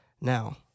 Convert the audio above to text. now